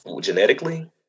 genetically